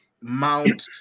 Mount